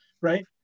right